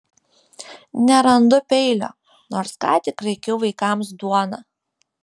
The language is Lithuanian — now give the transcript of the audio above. nerandu peilio nors ką tik raikiau vaikams duoną